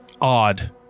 Odd